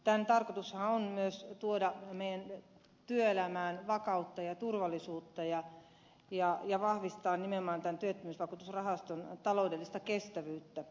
tämän tarkoitushan on myös tuoda meidän työelämäämme vakautta ja turvallisuutta ja vahvistaa nimenomaan tämän työttömyysvakuutusrahaston taloudellista kestävyyttä